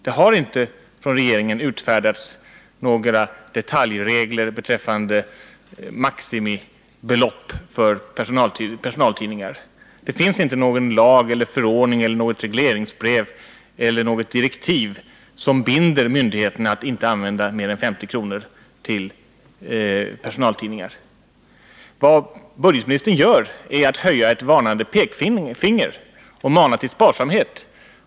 Det har inte från regeringen utfärdats några detaljregler beträffande maximibelopp för personaltidningar. Det finns inte någon lag eller förordning eller något regleringsbrev eller direktiv som binder myndigheterna att inte använda mer än 50 kr. per anställd till personaltidningar. Vad budgetministern gör är att höja ett varnande pekfinger och mana till sparsamhet.